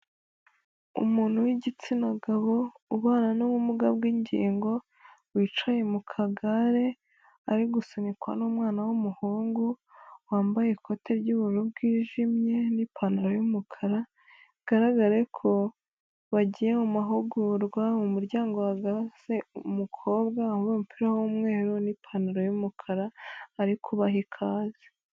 Umuntu w'igitsina gabo ubana n'ubumuga bw'ingingo, wicaye mu kagare ari gusunikwa n'umwana w'umuhungu wambaye ikote ry'ubururu bwijimye n'ipantaro y'umukara, bigaragara ko bagiye mumahugurwa, mu muryango hahagaze umukobwa wambaye umupira w'umweru n'ipantaro y'umukara ari kubaha ikaze.